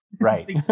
Right